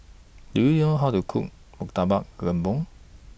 Do YOU know How to Cook Murtabak Lembu